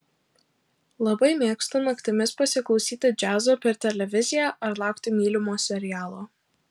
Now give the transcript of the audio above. labai mėgstu naktimis pasiklausyti džiazo per televiziją ar laukti mylimo serialo